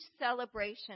celebration